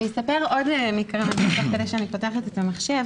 אני אספר עוד מקרה תוך כדי שאני פותחת את המחשב,